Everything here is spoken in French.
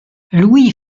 louis